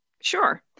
Sure